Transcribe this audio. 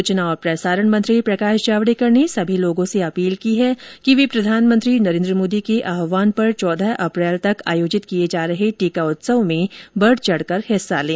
सूचना और प्रसारण मंत्री प्रकाश जावडेकर ने सभी लोगों से अपील की है कि वे प्रधानमंत्री नरेन्द्र मोदी के आहवान पर चौदह अप्रैल तक आयोजित किए जा रहे टीका उत्सव में बढ़चढ़ कर हिस्सा लें